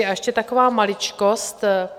Ještě taková maličkost.